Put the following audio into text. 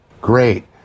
Great